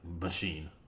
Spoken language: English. machine